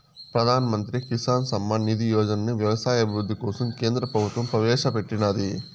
ప్రధాన్ మంత్రి కిసాన్ సమ్మాన్ నిధి యోజనని వ్యవసాయ అభివృద్ధి కోసం కేంద్ర ప్రభుత్వం ప్రవేశాపెట్టినాది